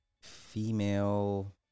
female